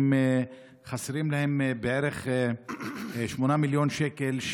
חסרים להם בערך 8 מיליון שקל,